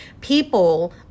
people